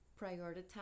prioritize